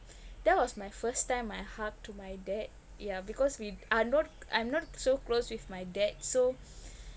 that was my first time I hug to my dad ya because we are not I'm not so close with my dad so